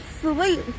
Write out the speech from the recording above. sleep